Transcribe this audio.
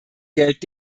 geld